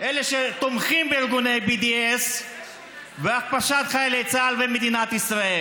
אלה שתומכים בארגוני BDS ובהכפשת חיילי צה"ל ומדינת ישראל,